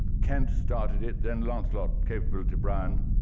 kent started it, then lancelot capability brown,